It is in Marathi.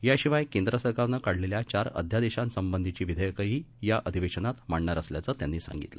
याशिवाय केंद्र सरकारनं काढलेल्या चार अध्यादेशांसंबंधीची विधेयकंही या अधिवेशनात मांडणार असल्याचं त्यांनी सांगितलं